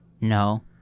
No